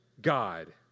God